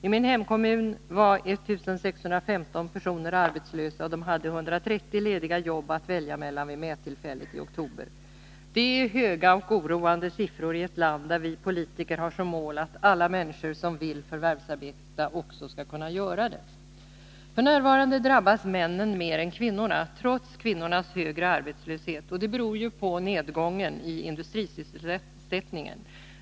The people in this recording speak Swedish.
I min hemkommun var 1615 personer arbetslösa, och de hade 130 lediga jobb att välja mellan vid mättillfället i oktober. Det är höga och oroande siffror i ett land där vi politiker har som mål att alla människor som vill förvärvsarbeta också skall kunna göra det. F.n. drabbas männen mer än kvinnorna, trots dessas högre arbetslöshet, och det beror på nedgången i industrisysselsättningen.